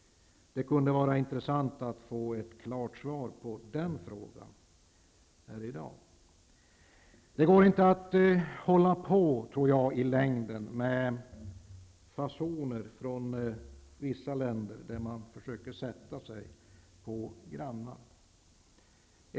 Det kunde vara intressant att få ett klart svar på den frågan här i dag. Det går inte i längden för vissa länder att hålla på med fasoner och försöka sätta sig på sina grannar.